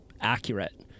accurate